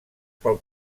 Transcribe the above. pel